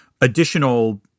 additional